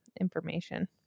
information